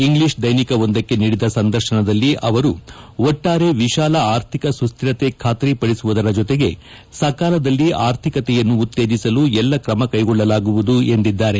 English ದ್ಯೆನಿಕವೊಂದಕ್ಕೆ ನೀಡಿದ ಸಂದರ್ಶನದಲ್ಲಿ ಅವರು ಒಟ್ಲಾರೆ ವಿಶಾಲ ಆರ್ಥಿಕ ಸುಸ್ತಿರತೆ ಖಾತ್ರಿಪಡಿಸುವುದರ ಜೊತೆಗೆ ಸಕಾಲದಲ್ಲಿ ಆರ್ಥಿಕತೆಯನ್ನು ಉತ್ತೇಜಿಸಲು ಎಲ್ಲ ಕ್ರಮ ಕ್ಲೆಗೊಳ್ಲಲಾಗುವುದು ಎಂದಿದ್ದಾರೆ